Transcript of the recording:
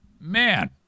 man